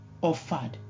offered